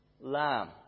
lamb